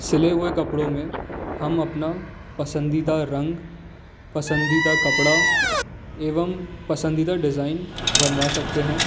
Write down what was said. सिले हुए कपड़ों में हम अपना पसंदीदा रंग पसंदीदा कपड़ा एवं पसंदीदा डिज़ाइन बनवा सकते हैं